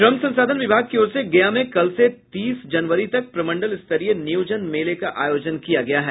श्रम संसाधन विभाग की ओर से गया में कल से तीस जनवरी तक प्रमंडल स्तरीय नियोजन मेला का आयोजन किया गया है